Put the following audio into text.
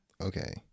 Okay